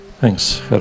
thanks